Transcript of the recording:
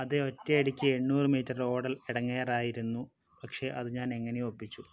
അതെ ഒറ്റയടിക്ക് എണ്ണൂറ് മീറ്റർ ഓടൽ ഇടങ്ങേറായിരുന്നു പക്ഷെ അത് ഞാൻ എങ്ങനെയോ ഒപ്പിച്ചു